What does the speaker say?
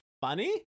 funny